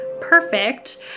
perfect